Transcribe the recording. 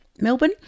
Melbourne